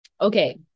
Okay